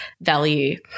value